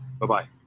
Bye-bye